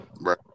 right